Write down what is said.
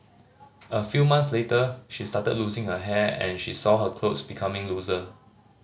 a few months later she started losing her hair and she saw her clothes becoming looser